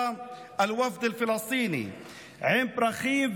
עם פרחים,